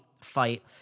fight